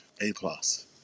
A-plus